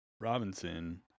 Robinson